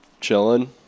chilling